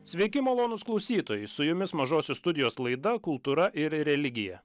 sveiki malonūs klausytojai su jumis mažosios studijos laida kultūra ir religija